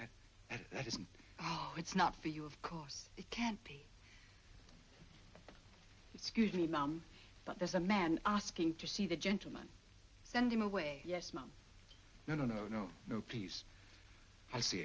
just it's not for you of course it can't be scuse me ma'am but there's a man asking to see the gentleman standing away yes ma'am no no no no no peace i see